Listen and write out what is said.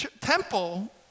temple